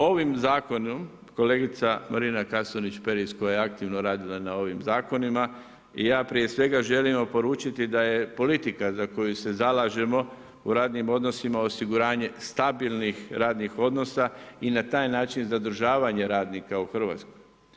Ovim Zakonom kolegica Marina Kasunić-Peris koja je aktivno radila na ovim zakonima i ja prije svega želimo poručiti da je politika za koju se zalažemo u radnim odnosima osiguranje stabilnim radnih odnosa i na taj način zadržavanje radnika u Hrvatskoj.